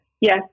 Yes